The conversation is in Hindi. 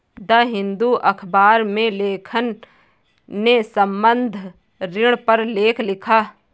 द हिंदू अखबार में लेखक ने संबंद्ध ऋण पर लेख लिखा